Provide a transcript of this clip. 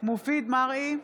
מופיד מרעי,